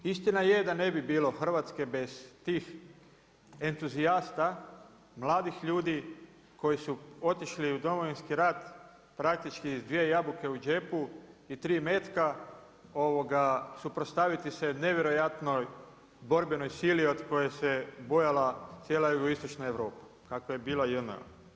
Istina je da ne bi bilo Hrvatske bez tih entuzijasta mladih ljudi koji su otišli u Domovinski rat praktički s dvije jabuke u džepu i tri metka suprotstaviti se nevjerojatnoj borbenoj sili od koje se bojala cijela Jugoistočna Europa kava je bila JNA.